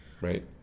right